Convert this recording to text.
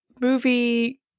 movie